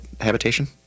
habitation